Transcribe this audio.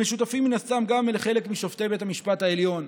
והם משותפים מן הסתם גם לחלק משופטי בית המשפט העליון.